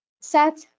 set